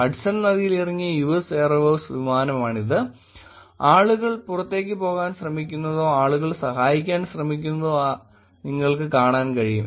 Hudson നദിയിൽ ഇറങ്ങിയ US Airways വിമാനമാണിത് ആളുകൾ പുറത്തേക്ക് പോകാൻ ശ്രമിക്കുന്നതോ ആളുകൾ സഹായിക്കാൻ ശ്രമിക്കുന്നതോ നിങ്ങൾക്ക് കാണാൻ കഴിയും